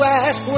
ask